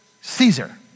Caesar